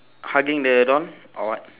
hugging the doll or what